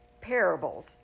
parables